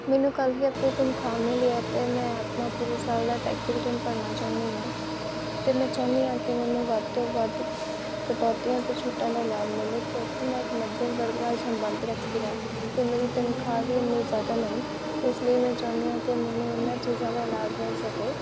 ਮੈਨੂੰ ਕੱਲ੍ਹ ਹੀ ਆਪਣੀ ਤਨਖਾਹ ਮਿਲੀ ਹੈ ਅਤੇ ਮੈਂ ਆਪਣਾ ਪੂਰੇ ਸਾਲ ਦਾ ਟੈਕਸ ਰਿਟਰਨ ਭਰਨਾ ਚਾਹੁੰਦੀ ਹਾਂ ਅਤੇ ਮੈਂ ਚਾਹੁੰਦੀ ਹਾਂ ਕਿ ਮੈਨੂੰ ਵੱਧ ਤੋਂ ਵੱਧ ਕਟੌਤੀਆਂ ਅਤੇ ਛੂਟਾਂ ਦਾ ਲਾਭ ਮਿਲੇ ਕਿਉਂਕਿ ਮੈਂ ਇੱਕ ਮੱਧਮ ਵਰਗ ਨਾਲ ਸੰਬੰਧ ਰੱਖਦੀ ਹਾਂ ਅਤੇ ਮੇਰੀ ਤਨਖਾਹ ਵੀ ਉੰਨੀ ਜ਼ਿਆਦਾ ਨਹੀਂ ਇਸ ਲਈ ਮੈਂ ਚਾਹੁੰਦੀ ਹਾਂ ਕਿ ਮੈਨੂੰ ਇਹਨਾਂ ਚੀਜ਼ਾਂ ਦਾ ਲਾਭ ਮਿਲ ਸਕੇ